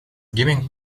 giving